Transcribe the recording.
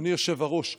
אדוני היושב-ראש,